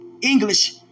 English